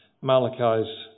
Malachi's